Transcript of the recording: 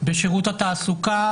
בשירות התעסוקה,